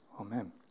Amen